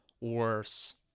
worse